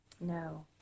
no